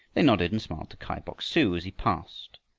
they nodded and smiled to kai bok-su as he passed.